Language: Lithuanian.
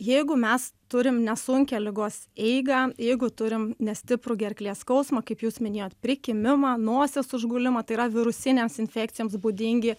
jeigu mes turim nesunkią ligos eigą jeigu turim nestiprų gerklės skausmą kaip jūs minėjot prikimimą nosies užgulimą tai yra virusinėms infekcijoms būdingi